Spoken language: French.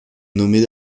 nommé